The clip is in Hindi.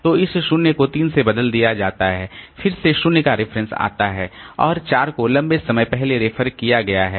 तो इस 0 को 3 से बदल दिया जाता है फिर से 0 का रेफरेंस आता है और 4 को लंबे समय पहले रेफर किया गया है